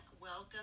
welcome